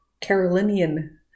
Carolinian